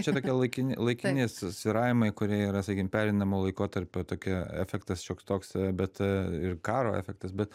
čia tokie laikini laikini svyravimai kurie yra sakykim pereinamo laikotarpio tokie efektas šioks toks bet ir karo efektas bet